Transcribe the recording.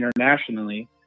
internationally